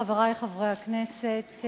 חברי חברי הכנסת,